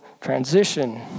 transition